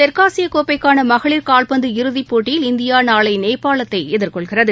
தெற்காசிய கோப்பைக்கான மகளிர் கால்பந்து இறுதிப் போட்டியில் இந்தியா நாளை நேபாளத்தை எதிர்கொள்கிறது